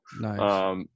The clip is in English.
Nice